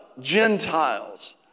Gentiles